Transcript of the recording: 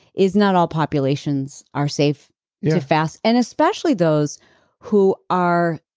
is not all populations are safe yeah to fast. and especially those who are.